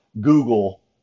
Google